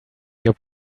your